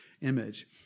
image